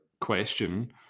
question